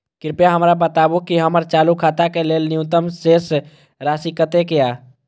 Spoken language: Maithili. कृपया हमरा बताबू कि हमर चालू खाता के लेल न्यूनतम शेष राशि कतेक या